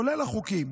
כולל החוקיים,